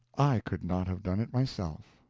i could not have done it myself.